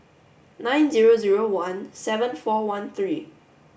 nine zero zero one seven four one three